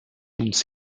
uns